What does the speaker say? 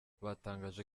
batangaje